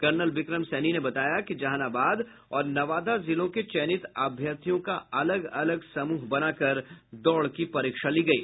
colonel Vikram Saini ने बताया कि जहानाबाद और नवादा जिलों के चयनित अभ्यर्थियों का अलग अलग समूह बनाकर दौड़ की परीक्षा ली गयी